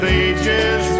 ages